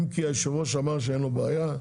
אם כי שהיושב-ראש אמר שאין לו בעיה.